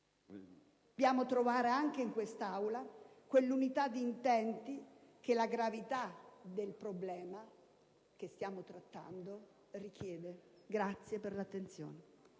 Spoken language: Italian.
dobbiamo trovare anche in quest'Aula quella unità di intenti che la gravità del problema che stiamo trattando richiede. *(Applausi